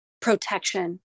protection